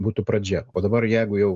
būtų pradžia o dabar jeigu jau